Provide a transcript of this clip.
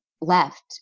left